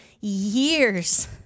years